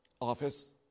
office